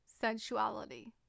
sensuality